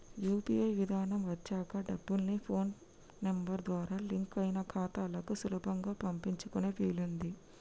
UPI విధానం వచ్చాక డబ్బుల్ని ఫోన్ నెంబర్ ద్వారా లింక్ అయిన ఖాతాలకు సులభంగా పంపించుకునే వీలుంది